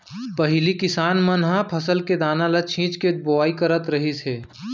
पहिली किसान मन ह फसल के दाना ल छिंच के बोवाई करत रहिस हे